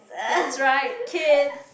that's right kids